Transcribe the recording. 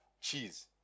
Cheese